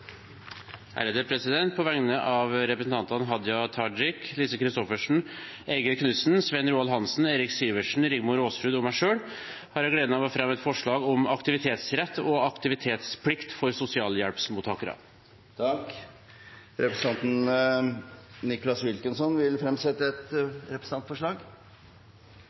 et representantforslag. På vegne av representantene Hadia Tajik, Lise Christoffersen, Eigil Knudsen, Svein Roald Hansen, Eirik Sivertsen, Rigmor Aasrud og meg selv har jeg gleden av å fremme et forslag om aktivitetsrett og aktivitetsplikt for sosialhjelpsmottakere. Representanten Nicholas Wilkinson vil fremsette et representantforslag.